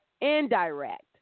indirect